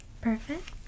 Perfect